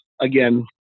Again